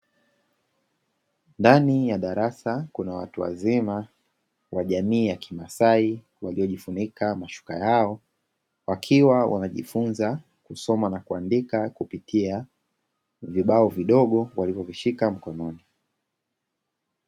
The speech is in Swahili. Ndani ya darasa kuna watu wazima wa jamii ya kimasai waliojifunija mashuka yao, wakiwa wanajifunza kusoma na kuandika kupitia vibao vidogo walivyovishika mkononi.